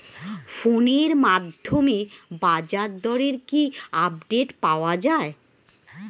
ফোনের মাধ্যমে বাজারদরের কি আপডেট পাওয়া যায়?